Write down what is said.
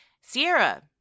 Sierra